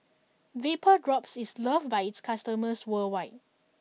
VapoDrops is loved by its customers worldwide